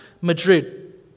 Madrid